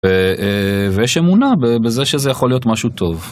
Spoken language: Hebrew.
ויש אמונה בזה שזה יכול להיות משהו טוב.